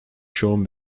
shown